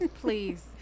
please